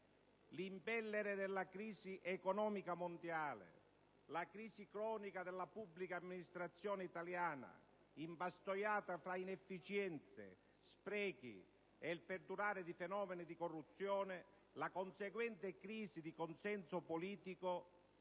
L'impellere della crisi economica mondiale, la crisi cronica della pubblica amministrazione italiana, impastoiata fra inefficienze, sprechi e il perdurare di fenomeni di corruzione, la conseguente crisi di consenso politico